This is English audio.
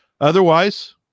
Otherwise